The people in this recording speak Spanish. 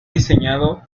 diseñado